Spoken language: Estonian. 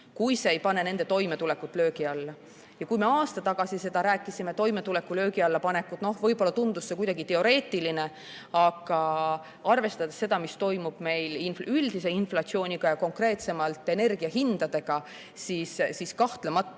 kui see ei pane nende toimetulekut löögi alla. Kui me aasta tagasi rääkisime toimetuleku löögi alla panekust, siis võib-olla tundus see kuidagi teoreetiline, aga arvestades seda, mis toimub meil üldise inflatsiooniga ja konkreetsemalt energiahindadega, on kahtlemata